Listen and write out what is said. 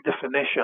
definition